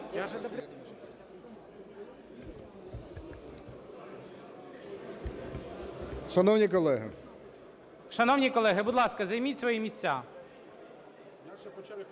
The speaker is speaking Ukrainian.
Шановні колеги, будь ласка, займіть свої місця.